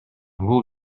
бул